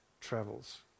travels